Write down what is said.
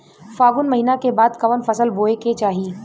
फागुन महीना के बाद कवन फसल बोए के चाही?